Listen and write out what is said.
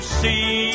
see